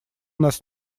нас